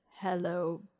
Hello